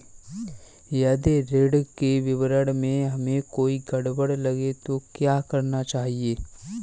यदि ऋण के विवरण में हमें कोई गड़बड़ लगे तो क्या करना चाहिए?